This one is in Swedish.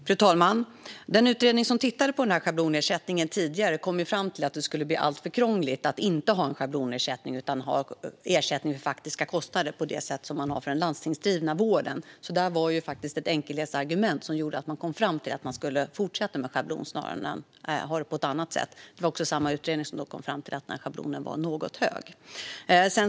Fru talman! Den utredning som tittade på schablonersättningen kom fram till att det skulle bli alltför krångligt att i stället för en schablonersättning ha ersättning för faktiska kostnader på det sätt som vi har för den landstingsdrivna vården. Här var det alltså ett enkelhetsargument som låg till grund för att man skulle fortsätta med schablon i stället för att ha det på ett annat sätt. Samma utredning kom också fram till att schablonen var något hög.